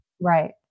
Right